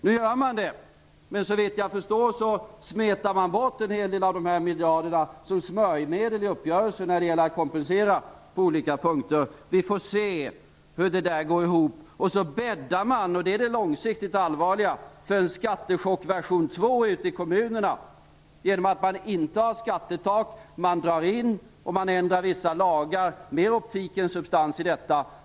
Nu gör man det, men såvitt jag förstår smetar man bort en hel del av de här miljarderna som smörjmedel i uppgörelsen när det gäller att kompensera på olika punkter. Vi får se hur det där går ihop. Så bäddar man - och det är det långsiktigt allvarliga - för en skattechock version 2 ute i kommunerna, genom att man inte har skattetak, man drar in och man ändrar vissa lagar, med optikens substans i detta.